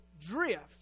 drift